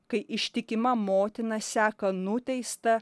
kai ištikima motina seka nuteistą